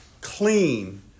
clean